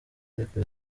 ariko